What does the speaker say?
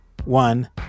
One